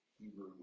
Hebrew